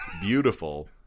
beautiful